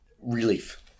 relief